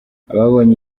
ababonye